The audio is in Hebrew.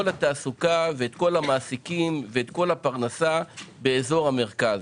התעסוקה ואת כל המעסיקים ואת כל הפרנסה באזור המרכבז.